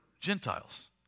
Gentiles